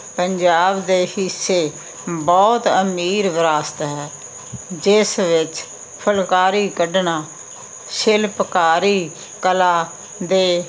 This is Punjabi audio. ਪੰਜਾਬ ਦੇ ਹਿੱਸੇ ਬਹੁਤ ਅਮੀਰ ਵਿਰਾਸਤ ਹੈ ਜਿਸ ਵਿੱਚ ਫੁਲਕਾਰੀ ਕੱਢਣਾ ਸ਼ਿਲਪਕਾਰੀ ਕਲਾ ਦੇ